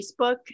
Facebook